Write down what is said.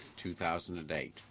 2008